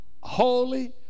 holy